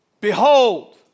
behold